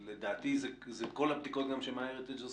לדעתי, אלה כל הבדיקות גם ש-MyHeritage עושים.